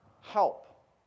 help